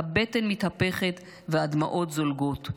הבטן מתהפכת והדמעות זולגות.